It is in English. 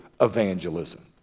evangelism